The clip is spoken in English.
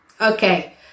Okay